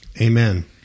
Amen